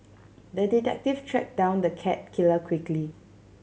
the detective tracked down the cat killer quickly